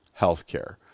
healthcare